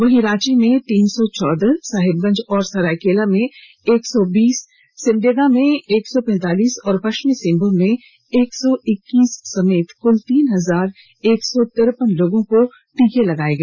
वहीं रांची में तीन सौ चौदह साहेबगंज और सरायकेला में एक सौ बीस सिमडेगा में एक सौ पैतालीस और पश्चिमी सिंहभूम में एक सौ इक्कीस समेत कुल तीन हजार एक सौ तिरपन लोगों को टीका लगाया गया